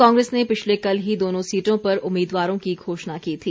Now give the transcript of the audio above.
कांग्रेस ने पिछले कल ही दोनों सीटों पर उम्मीदवारों की घोषणा की थी